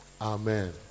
Amen